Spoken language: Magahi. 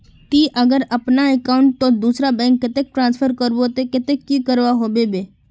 ती अगर अपना अकाउंट तोत दूसरा बैंक कतेक ट्रांसफर करबो ते कतेक की करवा होबे बे?